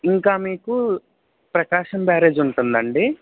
ఇంకా మీకు ప్రకాశం బ్యారేజ్ ఉంటుందండి